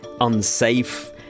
unsafe